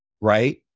right